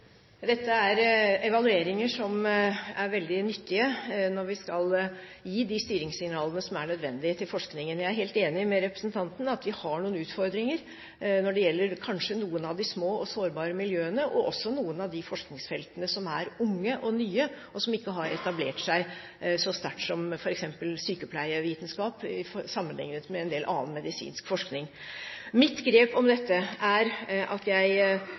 Dette er evalueringer som er veldig nyttige når vi skal gi de styringssignalene som er nødvendige, til forskningen. Jeg er helt enig med representanten i at vi har noen utfordringer når det kanskje gjelder noen av de små og sårbare miljøene – også noen av de forskningsfeltene som er unge og nye, og som ikke har etablert seg så sterkt som f.eks. sykepleievitenskap, sammenlignet med en del annen medisinsk forskning. Mitt grep om dette er at jeg